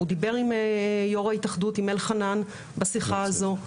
הוא דיבר עם יו"ר ההתאחדות אלחנן בשיחה הזו.